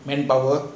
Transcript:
manpower